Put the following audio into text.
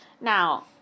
Now